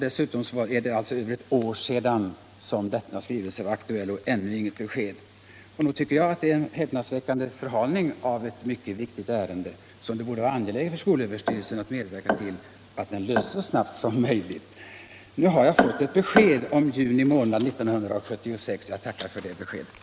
Dessutom är det över ett år sedan denna skrivelse var aktuell, och ännu har inget besked lämnats. Nog är det en häpnadsväckande förhalning av ett mycket viktigt ärende, som det borde vara angeläget för skolöverstyrelsen att medverka till lösningen av så snabbt som möjligt. Nu har jag fått besked om att en lösning kan förväntas i juni månad 1976, och jag tackar för det beskedet.